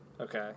Okay